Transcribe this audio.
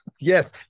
Yes